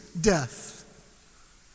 death